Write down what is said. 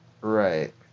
Right